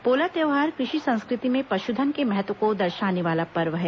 पोला त्यौहार कृषि संस्कृति में पशुधन के महत्व को दर्शाने वाला पर्व है